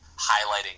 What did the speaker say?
highlighting